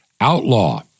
outlaw